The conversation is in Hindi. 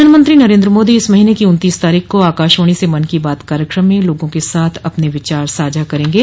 प्रधानमंत्री नरेन्द्र मोदी इस महीने की उन्तीस तारीख को आकाशवाणी से मन की बात कार्यक्रम में लोगों के साथ अपन विचार साझा करेंगे